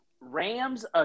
Rams